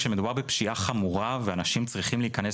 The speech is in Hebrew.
כשמדובר בפשיעה חמורה ואנשים צריכים להיכנס